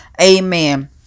Amen